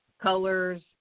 colors